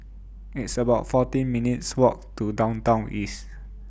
It's about fourteen minutes' Walk to Downtown East